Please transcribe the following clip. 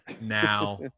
now